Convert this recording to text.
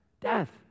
death